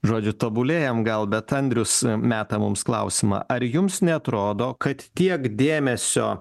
žodžiu tobulėjam gal bet andrius meta mums klausimą ar jums neatrodo kad tiek dėmesio